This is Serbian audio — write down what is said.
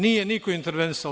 Nije niko intervenisao.